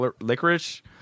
licorice